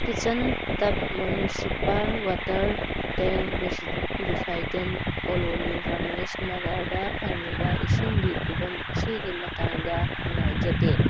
kitchen tap municipal water tank resident colony ꯔꯥꯃꯦꯁꯅꯒꯔꯗ ꯐꯪꯂꯤꯕ ꯏꯁꯤꯡꯒꯤ ꯐꯤꯕꯝ ꯑꯁꯤꯒꯤ ꯃꯇꯥꯡꯗ ꯅꯨꯡꯉꯥꯏꯖꯗꯦ